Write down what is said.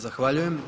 Zahvaljujem.